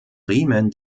riemen